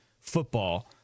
football